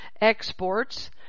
exports